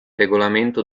regolamento